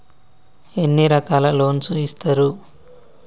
ఎన్ని రకాల లోన్స్ ఇస్తరు?